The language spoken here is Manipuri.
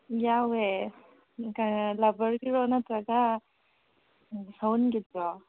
ꯌꯥꯎꯋꯦ ꯔꯕꯔꯒꯤꯔꯣ ꯅꯠꯇ꯭ꯔꯒ ꯁꯎꯟꯒꯤꯗꯨꯔꯣ